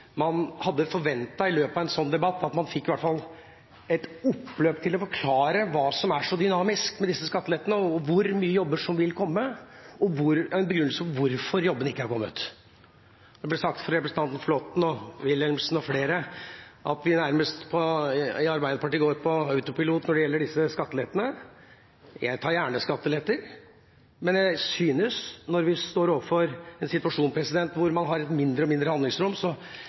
man i hvert fall fikk et oppløp til å forklare hva som er så dynamisk med disse skattelettene, og hvor mange jobber som vil komme, og en begrunnelse for hvorfor ikke jobbene er kommet. Det ble sagt fra representanten Flåtten, Wilhelmsen Trøen og flere at Arbeiderpartiet nærmest går på autopilot når det gjelder disse skattelettene. Jeg tar gjerne skatteletter, men jeg syns når vi står overfor en situasjon hvor man har et stadig mindre handlingsrom,